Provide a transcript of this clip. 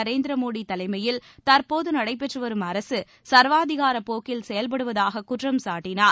நரேந்திர மோடி தலைமையில் தற்போது நடைபெற்று வரும் அரசு சர்வாதிகார போக்கில் செயல்படுவதாக குற்றம் சாட்டினார்